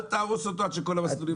אל תהרוס אותו עד שכל המסלולים האחרים